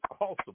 awesome